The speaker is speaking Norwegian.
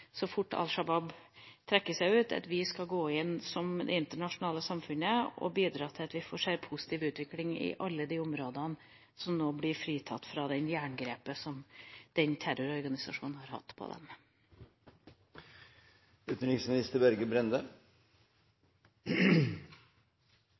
så fort Al Shabaab trekker seg ut, om vi skal gå inn som det internasjonale samfunnet og bidra til at vi får se en positiv utvikling i alle de områdene som nå blir fritatt fra det jerngrepet som den terrororganisasjonen har hatt på